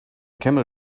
camel